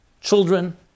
children